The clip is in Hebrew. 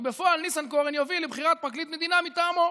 ובפועל ניסנקורן יוביל לבחירת פרקליט מדינה מטעמו.